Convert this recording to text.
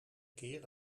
keer